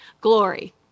Glory